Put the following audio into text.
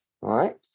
right